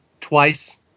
twice